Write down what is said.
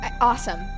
Awesome